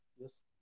Yes